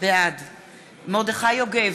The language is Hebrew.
בעד מרדכי יוגב,